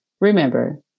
Remember